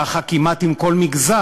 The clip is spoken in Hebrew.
ככה כמעט עם כל מגזר.